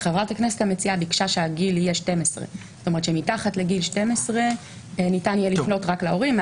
חברת הכנסת המציעה ביקשה שהגיל יהיה 12. שמתחת לגיל 12 ניתן יהיה לפנות רק להורים.